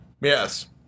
Yes